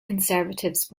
conservatives